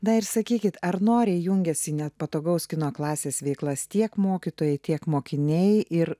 dar sakykit ar noriai jungiasi nepatogaus kino klasės veiklas tiek mokytojai tiek mokiniai ir